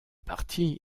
parti